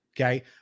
Okay